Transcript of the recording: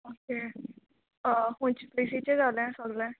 okay खुंयचे प्लेसीचे जालें सगलें